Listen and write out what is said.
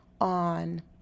on